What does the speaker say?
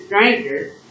strangers